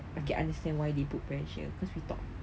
I can understand why they put pressure cause we talk